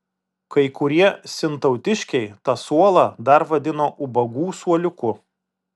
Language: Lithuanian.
kai kurie sintautiškiai tą suolą dar vadino ubagų suoliuku